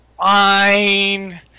Fine